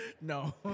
no